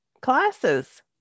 classes